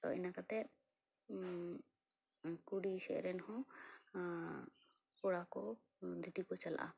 ᱛᱚ ᱤᱱᱟᱹ ᱠᱟᱛᱮ ᱠᱩᱲᱤ ᱥᱮᱡ ᱨᱮᱱ ᱦᱚ ᱠᱚᱲᱟ ᱠᱚ ᱫᱷᱩᱛᱤ ᱠᱚ ᱪᱟᱞᱟᱜᱼᱟ